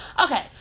okay